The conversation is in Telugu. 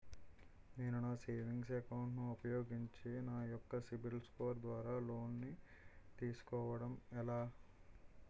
నేను నా సేవింగ్స్ అకౌంట్ ను ఉపయోగించి నా యెక్క సిబిల్ స్కోర్ ద్వారా లోన్తీ సుకోవడం ఎలా?